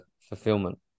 fulfillment